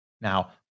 Now